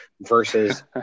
versus